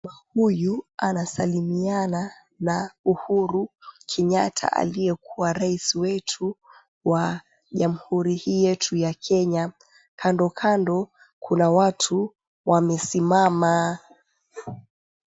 Huyu anasalimiana na Uhuru Kenyatta aliyekuwa raisi wetu wa jamhuri hii yetu ya Kenya, kando kando kuna watu wamesimama.